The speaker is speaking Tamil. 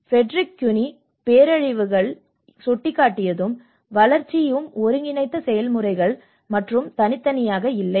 ஃபிரடெரிக் குனி பேரழிவுகளை சுட்டிக்காட்டியதும் வளர்ச்சியும் ஒருங்கிணைந்த செயல்முறைகள் மற்றும் தனித்தனியாக இல்லை